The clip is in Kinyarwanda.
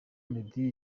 meddy